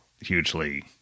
hugely